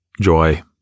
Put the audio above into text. joy